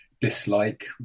dislike